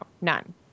None